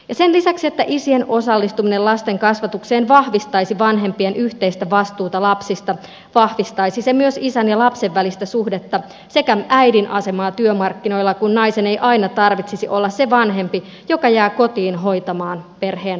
sen lisäksi että isien osallistuminen lasten kasvatukseen vahvistaisi vanhempien yhteistä vastuuta lapsista vahvistaisi se myös isän ja lapsen välistä suhdetta sekä äidin asemaa työmarkkinoilla kun naisen ei aina tarvitsisi olla se vanhempi joka jää kotiin hoitamaan perheen lapsia